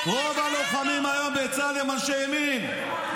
רוב הלוחמים בצה"ל היום הם אנשי ימין,